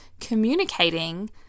communicating